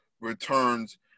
returns